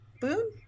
Boon